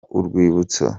urwibutso